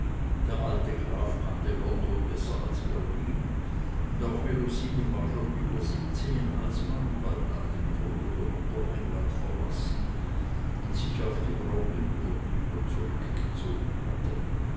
der alte graf kannte london besser als berlin und auch melusine war schon über siebzehn als man bald nach dem tode der mutter england verlassen und sich auf die graubündner güter zurückgezogen hatte